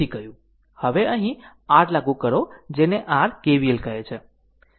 હવે અહીં r લાગુ કરો કે જેને r K V L કહે છે